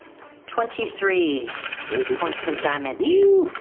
twenty three points of damage? ooh!